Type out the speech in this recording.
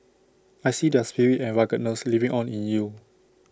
I see their spirit and ruggedness living on in you